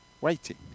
waiting